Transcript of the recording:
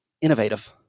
innovative